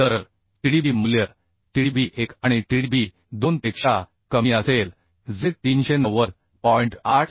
तर Tdb मूल्य Tdb 1 आणि Tdb 2 पेक्षा कमी असेल जे 390